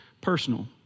personal